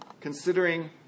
Considering